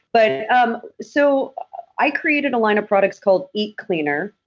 but um so i created a line of products called eat cleaner,